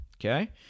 okay